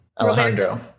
Alejandro